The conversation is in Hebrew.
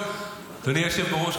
אדוני היושב בראש,